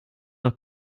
doch